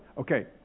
Okay